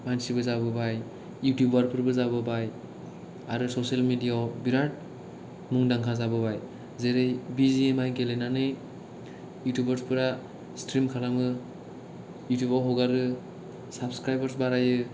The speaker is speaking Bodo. मानसिबो जाबोबाय इउथुबारबो जाबोबाय आरो ससेल मिदियाआव बिराद मुंदांखा जाबोबाय जेरै बि जि एम आइ गेलेनानै इउथुबारसफोरा सिथ्रिम खालामो इउथुबाव हगारो साबसक्राइबार बारायो